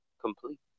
complete